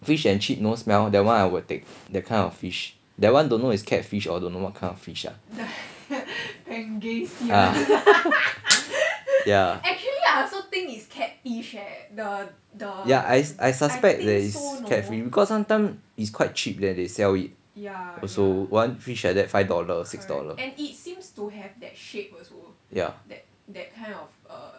fish and chip no smell that one I will take the kind of fish that one don't know is catfish or don't know what kind of fish ah ah ya I I suspect there is catfish because sometime is quite cheap there they sell it also one fish like that five dollar six dollar yeah